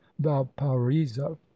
valparaiso